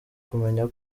kumenya